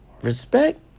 respect